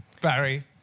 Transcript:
Barry